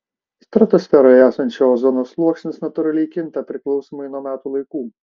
stratosferoje esančio ozono sluoksnis natūraliai kinta priklausomai nuo metų laikų